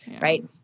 right